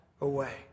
away